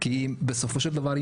בסופו של דבר,